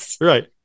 right